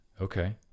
Okay